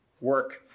work